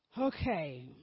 okay